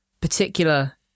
particular